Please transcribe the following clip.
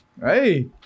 Hey